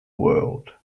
world